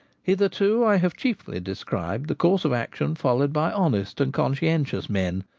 hitherto i have chiefly described the course of action followed by honest and conscientious men,